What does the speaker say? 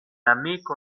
amiko